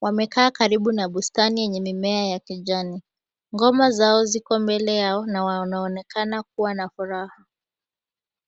Wamekaa karibu na bustani yenye mimea ya kijani. Ngoma zao ziko mbele yao na wanaonekana kuwa na furaha.